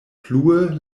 plue